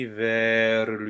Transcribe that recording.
vers